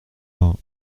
vingt